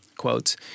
quotes